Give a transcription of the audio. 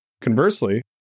Conversely